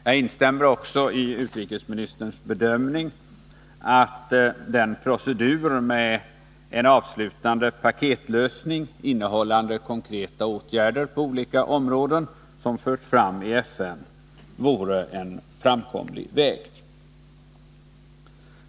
Jag instämmer också i utrikesministerns bedömning att den procedur med en avslutande paketlösning, innehållande konkreta åtgärder på olika områden som förts fram i FN, vore en framkomlig väg.